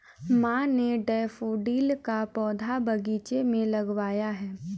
माँ ने डैफ़ोडिल का पौधा बगीचे में लगाया है